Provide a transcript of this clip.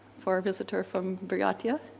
for our visitor from buryatia.